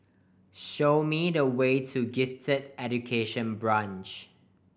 show me the way to Gifted Education Branch